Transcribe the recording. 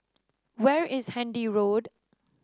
where is Handy Road